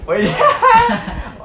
okay